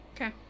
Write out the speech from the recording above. Okay